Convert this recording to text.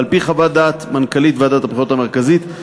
על-פי חוות דעת של מנכ"לית ועדת הבחירות המרכזית,